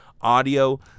audio